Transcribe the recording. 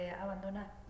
Abandonar